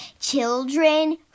children